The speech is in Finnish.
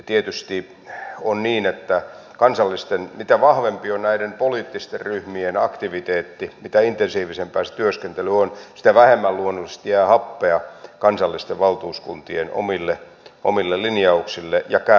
tietysti on niin että mitä vahvempi on näiden poliittisten ryhmien aktiviteetti mitä intensiivisempää se työskentely on sitä vähemmän luonnollisesti jää happea kansallisten valtuuskuntien omille linjauksille ja kääntäen